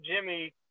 jimmy